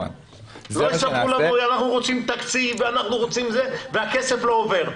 לא יספרו לנו שרוצים תקציב וכולי, והכסף לא עובר.